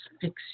fix